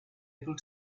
able